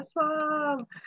awesome